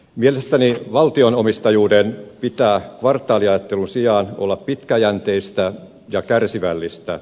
mielestäni valtion omistajuuden pitää kvartaaliajattelun sijaan olla pitkäjänteistä ja kärsivällistä